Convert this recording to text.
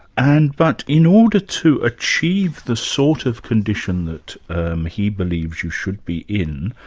and but in order to achieve the sort of condition that he believes you should be in,